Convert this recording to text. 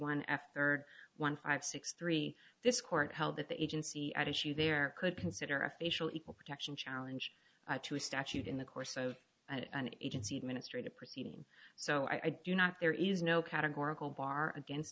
one after one five six three this court held that the agency at issue there could consider a facial equal protection challenge to a statute in the course of an agency administrative proceeding so i do not there is no category bar against